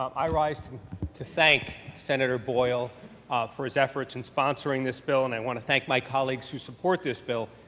um i rise to to thank senator boyle for his efforts in sponsoring this bill and i want to thank my colleagues who support this bill.